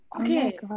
Okay